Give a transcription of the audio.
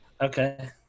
okay